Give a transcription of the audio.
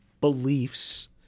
beliefs